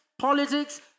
politics